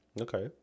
Okay